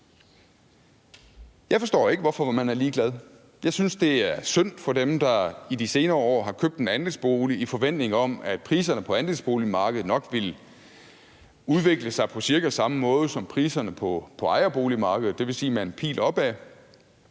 Jeg forstår ikke, hvorfor man er ligeglad. Jeg synes, det er synd for dem, der i de senere år har købt en andelsbolig i forventningen om, at priserne på andelsboligmarkedet nok ville udvikle sig på cirka samme måde som priserne på ejerboligmarkedet, dvs. med en pil opad.